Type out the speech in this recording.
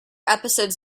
episodes